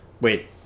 wait